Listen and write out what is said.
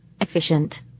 Efficient